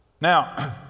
Now